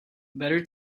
better